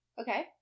Okay